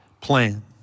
plan